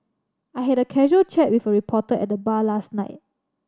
I had a casual chat with a reporter at the bar last night